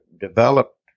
developed